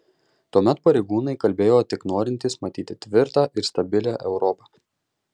tuomet pareigūnai kalbėjo tik norintys matyti tvirtą ir stabilią europą